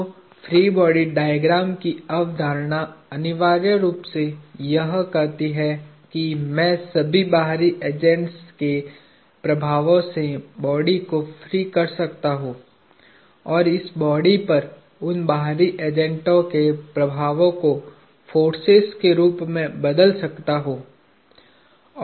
तो free body diagram की अवधारणा अनिवार्य रूप से कहती है कि मैं सभी बाहरी एजेंट्स के प्रभावों से बॉडी को फ्री कर सकता हूं और इस बॉडी पर उन बाहरी एजेंटो के प्रभावों को फोर्सेज के रूप में बदल सकता हूं